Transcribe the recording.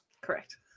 Correct